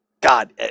God